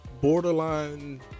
borderline